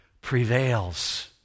prevails